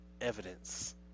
evidence